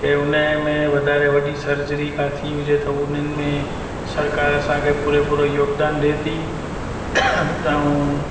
के उनजे में वधारे वॾी सर्जरी का थी हुजे त उन्हनि में सरकार असांखे पुरोपुर योगदान ॾे थी ऐं